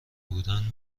بودند